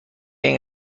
این